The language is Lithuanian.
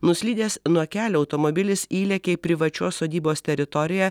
nuslydęs nuo kelio automobilis įlėkė į privačios sodybos teritoriją